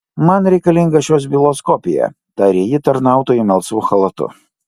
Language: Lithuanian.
man reikalinga šios bylos kopija tarė ji tarnautojui melsvu chalatu